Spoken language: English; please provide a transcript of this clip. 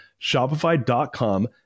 Shopify.com